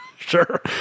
Sure